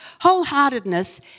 Wholeheartedness